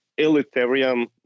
elitarian